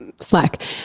slack